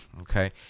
okay